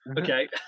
Okay